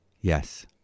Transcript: Yes